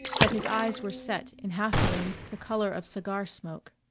that his eyes were set in half-moons the color of cigar smoke.